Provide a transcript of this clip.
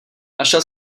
našel